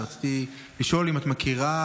ורציתי לשאול אם את מכירה,